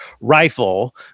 rifle